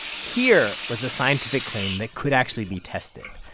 here was a scientific claim that could actually be tested.